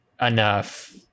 enough